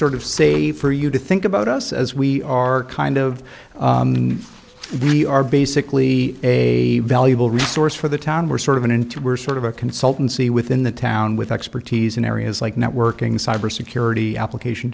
sort of say for you to think about us as we are kind of we are basically a valuable resource for the town we're sort of in into we're sort of a consultancy within the town with expertise in areas like networking cybersecurity application